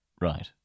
Right